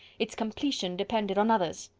its completion depended on others.